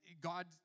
God